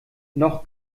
noch